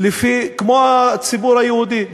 כמו הציבור היהודי,